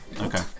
Okay